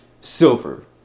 silver